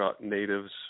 natives